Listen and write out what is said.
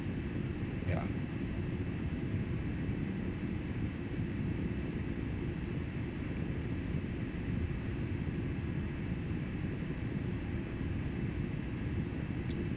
ya